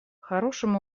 хорошим